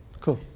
Cool